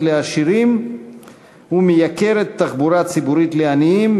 לעשירים ומייקרת תחבורה ציבורית לעניים,